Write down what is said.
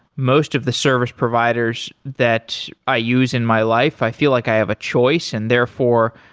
most of the service providers that i use in my life, i feel like i have a choice and therefore,